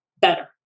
better